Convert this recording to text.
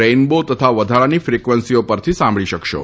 rainbow તથા વધારાની ફિકવન્સીઓ પરથી સાંભળી શકશો